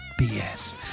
BS